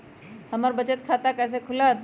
हमर बचत खाता कैसे खुलत?